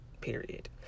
Period